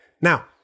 Now